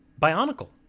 bionicle